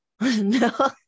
No